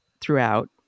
throughout